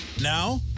Now